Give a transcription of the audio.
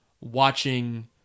watching